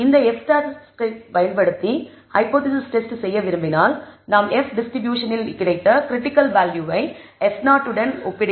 எனவே இந்த F statistic பயன்படுத்தி ஹைபோதேசிஸ் டெஸ்ட் செய்ய விரும்பினால் நாம் F டிஸ்ட்ரிபியூஷன் இல் கிடைத்த க்ரிட்டிக்கல் வேல்யூவை F நாட் உடன் ஒப்பிடுகிறோம்